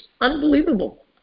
unbelievable